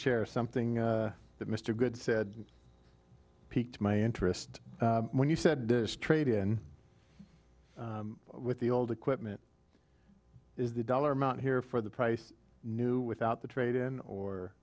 chair something that mr good said piqued my interest when you said this trade in with the old equipment is the dollar amount here for the price new without the trade in or